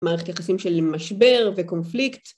מערכת יחסים של משבר וקונפליקט